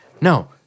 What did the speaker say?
no